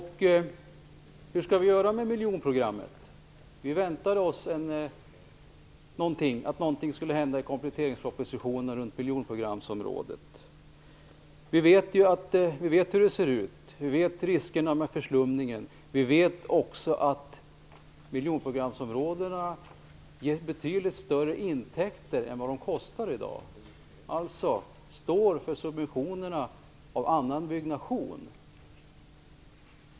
Hur skall vi göra med miljonprogrammet? Vi väntade oss att det skulle komma någonting om miljonprogramsområdena i kompletteringspropositionen. Vi vet hur det ser ut. Vi vet vilka risker förslumningen medför. Vi vet också att miljonprogramsområdena har gett betydligt större intäkter än vad de kostar i dag. De står alltså för subventionerna av annan byggnation.